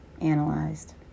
Analyzed